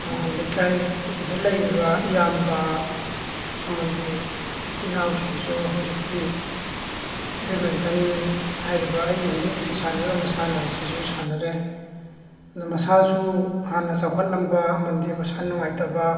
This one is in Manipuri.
ꯂꯩꯀꯥꯏꯒꯤꯗ ꯂꯩꯔꯤꯕ ꯏꯌꯥꯝꯕ ꯑꯃꯗꯤ ꯏꯅꯥꯎꯁꯤꯡꯁꯨ ꯍꯧꯖꯤꯛꯇꯤ ꯕꯦꯗꯃꯤꯟꯇꯟ ꯍꯥꯏꯔꯤꯕ ꯑꯩꯅ ꯍꯧꯖꯤꯛ ꯍꯧꯖꯤꯛ ꯁꯥꯟꯅꯔꯤꯕ ꯃꯁꯥꯟꯅ ꯑꯁꯤꯁꯨ ꯁꯥꯟꯅꯔꯦ ꯑꯗꯣ ꯃꯁꯥꯁꯨ ꯍꯥꯟꯅ ꯆꯥꯎꯈꯠꯂꯝꯕ ꯑꯃꯗꯤ ꯃꯁꯥ ꯅꯨꯡꯉꯥꯏꯇꯕ